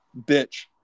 bitch